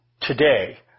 today